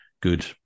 good